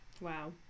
Wow